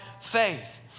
faith